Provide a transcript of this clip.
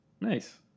Nice